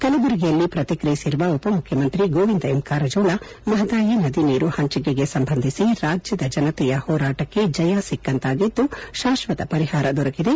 ಕಲಬುರಗಿಯಲ್ಲಿ ಪ್ರಕ್ರಿಯಿಸಿರುವ ಉಪ ಮುಖ್ಯಮಂತ್ರಿ ಗೋವಿಂದ ಎಂ ಕಾರಜೋಳ ಮಹದಾಯಿ ನದಿ ನೀರು ಪಂಚಿಕೆಗೆ ಸಂಬಂಧಿಸಿ ರಾಜ್ಜದ ಜನತೆಯ ಹೋರಾಟಕ್ಕೆ ಜಯ ಸಿಕ್ಕಂತಾಗಿದ್ದು ಶಾಶ್ವತ ಪರಿಹಾರ ದೊರಕಿದೆ